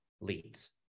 leads